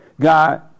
God